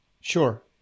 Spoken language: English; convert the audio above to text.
sure